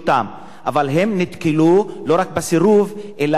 אבל הם נתקלו לא רק בסירוב, אלא גם בעינויים,